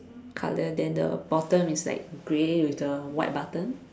colour then the bottom is like grey with the white button